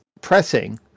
pressing